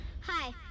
Hi